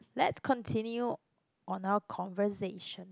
let's continue on our conversation